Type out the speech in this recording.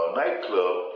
nightclub